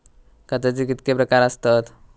खताचे कितके प्रकार असतत?